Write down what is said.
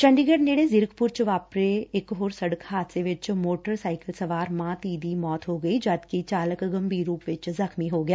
ਚੰਡੀਗੜ ਨੇੜੇ ਜ਼ੀਰਕਪੁਰ ਵਾਪਰੇ ਸਤਕ ਹਾਦਸੇ 'ਚ ਮੋਟਰ ਸਾਈਕਲ ਸਵਾਰ ਮਾਂ ਧੀ ਦੀ ਮੌਤ ਹੋ ਗਈ ਜਦਕਿ ਚਾਲਕ ਗੰਭੀਰ ਰੁਪ 'ਚ ਜਖ਼ਮੀ ਹੋ ਗਿਆ